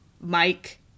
Mike